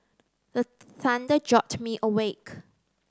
the thunder jolt me awake